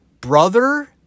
brother